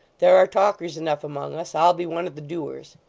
there are talkers enough among us i'll be one of the doers